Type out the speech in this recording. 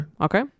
Okay